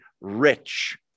rich